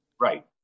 Right